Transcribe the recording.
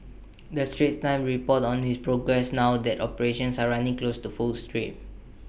the straits times reports on its progress now that operations are running close to full stream